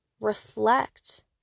reflect